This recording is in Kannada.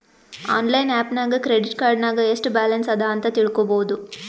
ಆನ್ಲೈನ್ ಆ್ಯಪ್ ನಾಗ್ ಕ್ರೆಡಿಟ್ ಕಾರ್ಡ್ ನಾಗ್ ಎಸ್ಟ್ ಬ್ಯಾಲನ್ಸ್ ಅದಾ ಅಂತ್ ತಿಳ್ಕೊಬೋದು